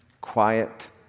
quiet